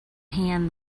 hand